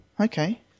okay